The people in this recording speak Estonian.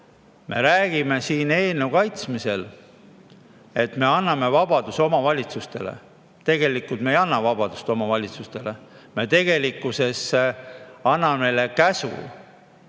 räägime siin eelnõu kaitsmisel, et me anname vabaduse omavalitsustele. Tegelikult me ei anna vabadust omavalitsustele, me tegelikkuses anname neile käsu